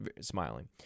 smiling